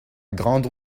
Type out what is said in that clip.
grande